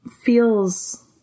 feels